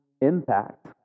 impact